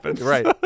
Right